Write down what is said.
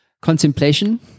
Contemplation